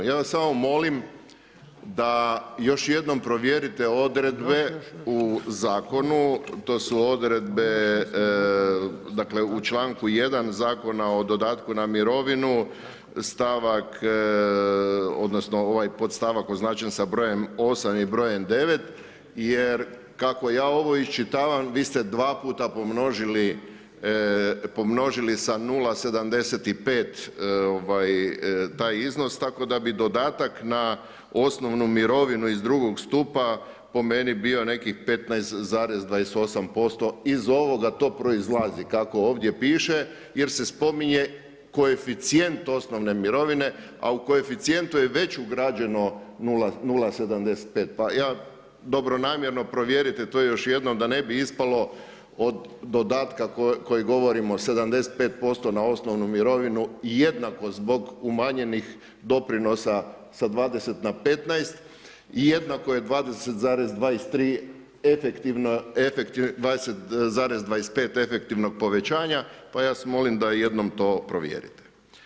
Ja vas samo molim da još jednom provjerite odredbe u Zakonu, to su odredbe, dakle u članku 1. Zakona o dodatku na mirovinu, stavak, odnosno ovaj podstavak označen sa brojem 8. i brojem 9, jer kako ja ovo iščitavam vi ste dva puta pomnožili sa 0,75 taj iznos, tako da bi dodatak na osnovnu mirovinu iz drugog stupa po meni bio nekih 15,28%, iz ovoga to proizlazi, kako ovdje piše, jer se spominje koeficijent osnovne mirovine, a u koeficijentu je već ugrađeno 0,75, pa ja dobronamjerno provjerite to još jednom, da ne bi ispalo od dodatka koji govorimo 75% na osnovnu mirovinu, jednako zbog umanjenih doprinosa sa 20 na 15 i jednako je 20,25 efektivnog povećanja, pa vas molim da jednom to provjerite.